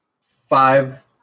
five